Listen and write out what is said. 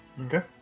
Okay